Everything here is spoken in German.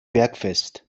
bergfest